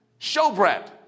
Showbread